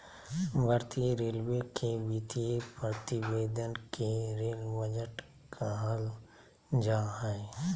भारतीय रेलवे के वित्तीय प्रतिवेदन के रेल बजट कहल जा हइ